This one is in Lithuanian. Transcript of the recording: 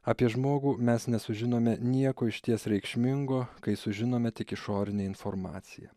apie žmogų mes nesužinome nieko išties reikšmingo kai sužinome tik išorinę informaciją